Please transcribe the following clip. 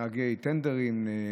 נהגי טנדרים,